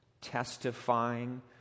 testifying